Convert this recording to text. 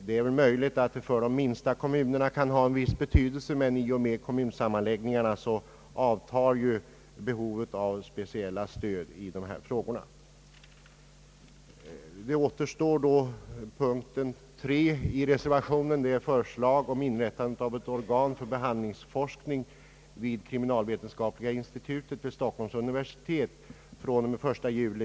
Det är möjligt att kostnaderna kan ha en viss betydelse för de minsta kommunerna, men i och med kommunsammanläggningarna avtar ju behovet av speciella stöd i dessa fall.